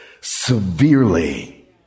severely